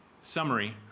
summary